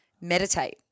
meditate